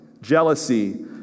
jealousy